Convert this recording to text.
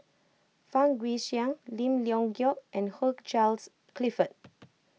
Fang Guixiang Lim Leong Geok and Hugh Charles Clifford